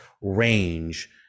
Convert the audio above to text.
range